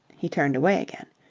he turned away again.